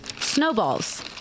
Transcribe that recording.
Snowballs